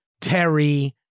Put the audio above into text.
Terry